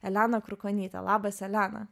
elena krukonytė labas elena